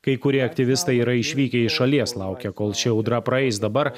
kai kurie aktyvistai yra išvykę iš šalies laukia kol ši audra praeis dabar